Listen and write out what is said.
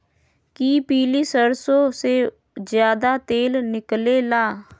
कि पीली सरसों से ज्यादा तेल निकले ला?